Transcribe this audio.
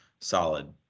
solid